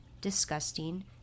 disgusting